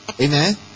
Amen